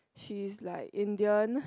she is like Indian